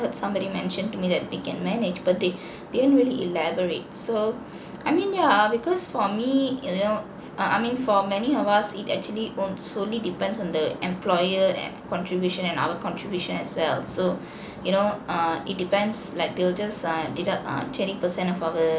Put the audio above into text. heard somebody mentioned to me that they can manage but they didn't really elaborate so I mean yeah because for me you know uh I mean for many of us it actually on~ solely depends on the employer uh contribution and our contribution as well so you know err it depends like they'll just err deduct err twenty percent of our